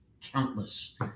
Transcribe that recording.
countless